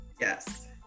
Yes